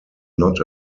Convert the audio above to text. not